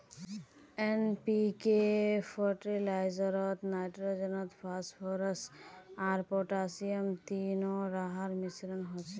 NPK फ़र्टिलाइज़रोत nitrogen, phosphorus आर potassium तीनो रहार मिश्रण होचे